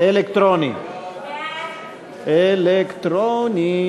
סעיפים 1 15 נתקבלו.